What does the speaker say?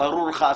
ברור לך הסיפור.